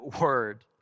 word